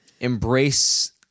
embrace